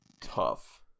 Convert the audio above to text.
tough